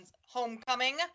homecoming